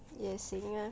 也行 ah